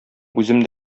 үзем